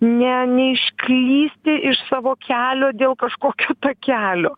ne neišklysti iš savo kelio dėl kažkokio takelio